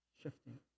shifting